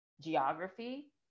geography